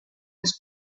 his